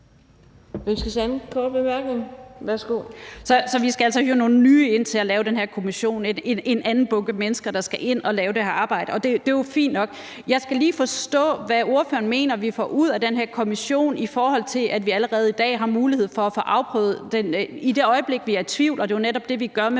(M): Så vi skal altså hive nogle nye ind til at lave den her kommission, en anden bunke mennesker, der skal ind og lave det her arbejde. Det er jo fint nok. Jeg skal lige forstå, hvad ordføreren mener vi får ud af den her kommission, i forhold til at vi allerede i dag har mulighed for at få afprøvet det. I det øjeblik vi er i tvivl – og det er jo netop det, vi gør med